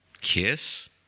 Kiss